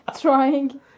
Trying